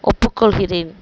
ஒப்புக்கொள்கிறேன்